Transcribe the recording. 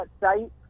site